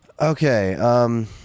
Okay